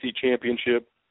Championship